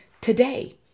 Today